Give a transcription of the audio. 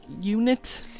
unit